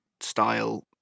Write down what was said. style